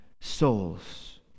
souls